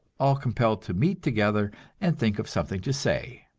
all compelled to meet together and think of something to say!